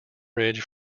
ridge